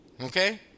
Okay